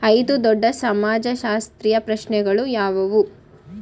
ಐದು ದೊಡ್ಡ ಸಮಾಜಶಾಸ್ತ್ರೀಯ ಪ್ರಶ್ನೆಗಳು ಯಾವುವು?